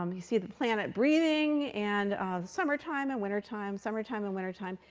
um you see the planet breathing, and the summertime and wintertime, summertime and wintertime.